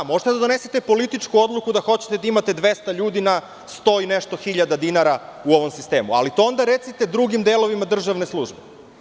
Možete da donesete političku odluku da hoćete da imate 200 ljudi na sto i nešto hiljada dinara u ovom sistemu, ali to onda recite drugim delovima državne službe.